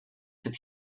sit